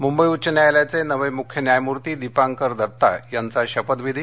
मुंबई उच्च न्यायालयाचे नवे मुख्य न्यायमूर्ती दीपांकर दत्ता यांचा शपथविधी